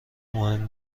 مهم